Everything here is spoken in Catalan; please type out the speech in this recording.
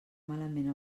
malament